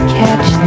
catch